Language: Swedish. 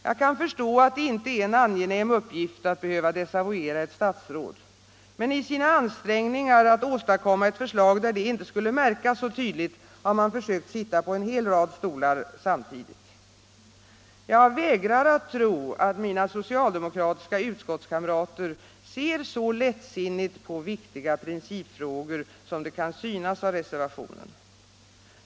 Jag kan förstå att det inte är en angenäm uppgift att behöva desavuera ett statsråd, men i sina ansträngningar att åstadkomma ett förslag där detta inte skulle märkas så tydligt, har man försökt sitta på en hel rad stolar samtidigt. Jag vägrar att tro att mina socialdemokratiska utskottskamrater ser så lättsinnigt på viktiga principfrågor som det kan förefalla av reservationen.